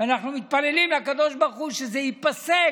אנחנו מתפללים לקדוש ברוך הוא שזה ייפסק,